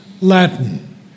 Latin